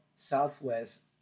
southwest